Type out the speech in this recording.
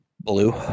Blue